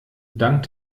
dank